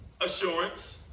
assurance